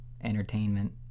entertainment